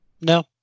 No